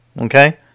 Okay